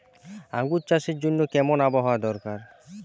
আঙ্গুর চাষের জন্য কেমন আবহাওয়া দরকার?